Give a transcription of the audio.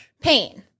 pain